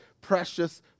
precious